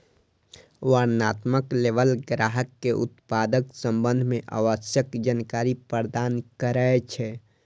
वर्णनात्मक लेबल ग्राहक कें उत्पादक संबंध मे आवश्यक जानकारी प्रदान करै छै